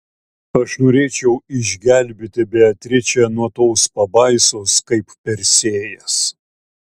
aš norėčiau išgelbėti beatričę nuo tos pabaisos kaip persėjas